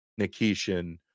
Nikishin